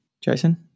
jason